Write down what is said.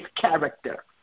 character